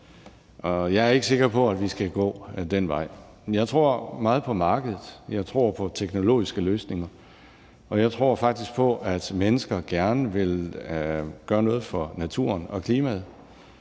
jeg er ikke sikker på, at vi skal gå den vej. Jeg tror meget på markedet, og jeg tror på teknologiske løsninger, og jeg tror faktisk på, at mennesker gerne vil gøre noget for naturen og klimaet,